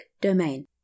domain